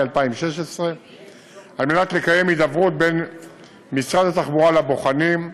2016 כדי לקיים הידברות בין משרד התחבורה לבוחנים,